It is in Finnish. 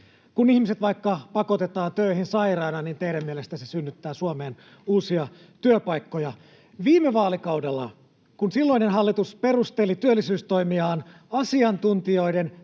Kun ihmiset vaikka pakotetaan töihin sairaina, niin teidän mielestänne se synnyttää Suomeen uusia työpaikkoja. Viime vaalikaudella, kun silloinen hallitus perusteli työllisyystoimiaan asiantuntijoiden,